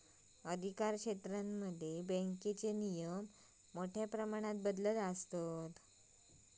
अधिकारक्षेत्रांमध्ये बँकिंग नियम मोठ्या प्रमाणात बदलतत